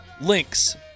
links